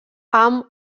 amb